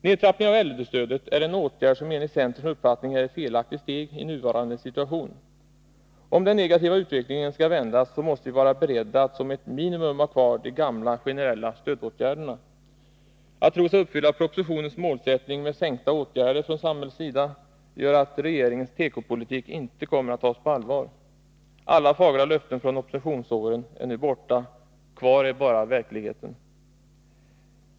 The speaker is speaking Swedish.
Nedtrappningen av äldrestödet är en åtgärd som enligt centerns uppfattning är ett felaktigt steg i nuvarande situation. Om den negativa utvecklingen skall vändas, måste vi vara beredda att som ett minimum ha kvar de gamla generella stödåtgärderna. Det faktum att man tror sig uppfylla propositionens målsättning med färre åtgärder från samhällets sida gör att regeringens tekopolitik inte kommer att tas på allvar. Alla fagra löften från oppositionsåren är nu borta, kvar är bara verkligheten.